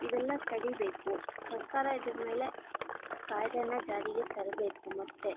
ಇವೆಲ್ಲ ತಡಿಬೇಕು ಸರ್ಕಾರ ಇದ್ರ ಮೇಲೆ ಕಾಯ್ದೆಯನ್ನು ಜಾರಿಗೆ ತರಬೇಕು ಮತ್ತು